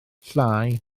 llai